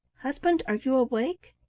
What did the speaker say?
husband, are you awake?